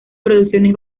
producciones